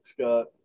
Scott